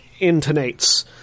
intonates